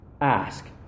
Ask